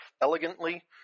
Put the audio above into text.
elegantly